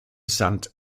sand